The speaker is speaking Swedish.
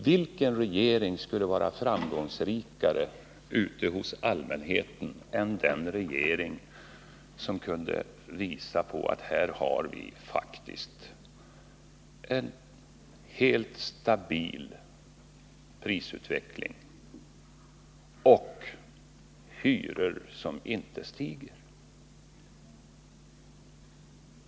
Vilken regering skulle vara mer framgångsrik hos allmänheten än den regering som kunde visa på att man faktiskt har en helt stabil prisutveckling i landet och hyror som inte stiger?